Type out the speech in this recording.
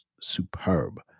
superb